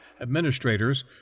administrators